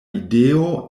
ideo